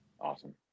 Awesome